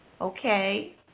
Okay